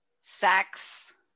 sex